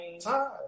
Time